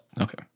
Okay